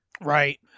Right